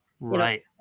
Right